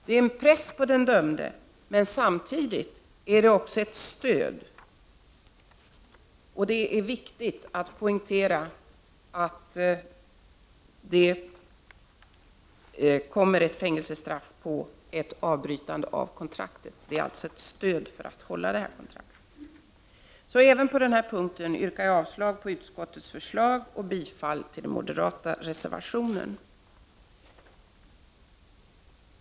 Det är både en press på den dömde och ett stöd att veta att det kommer ett fängelsestraff vid ett brytande av kontraktet. Även på denna punkt yrkar jag avslag på utskottets förslag och bifall till den moderata reservationen.